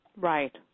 Right